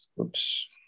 Oops